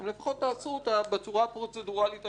תעשו אותה בצורה הפרוצדורלית הנכונה.